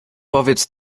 powiedz